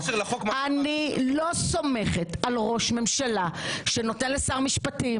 אני לא סומכת על ראש ממשלה שנותן לשר משפטים